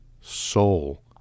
soul